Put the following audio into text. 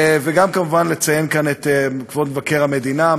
גם כמובן לציין כאן את כבוד מבקר המדינה,